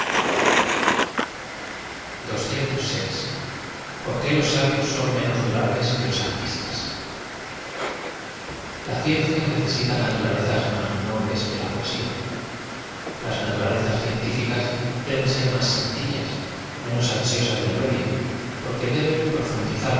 o r qu lo i sabios son menos durables que los aruiiae l a ciencia necesita naturalezas más nobles que la poesía las naturalezas cíentiflcas deben ser más sen cillasi menos ansiosas de gloria porque deben